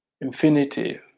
infinity